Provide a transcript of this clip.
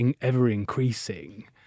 ever-increasing